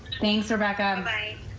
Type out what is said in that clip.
things are back on like